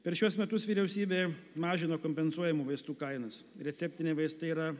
per šiuos metus vyriausybė mažino kompensuojamų vaistų kainas receptiniai vaistai yra